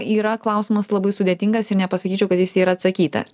yra klausimas labai sudėtingas ir nepasakyčiau kad jis yra atsakytas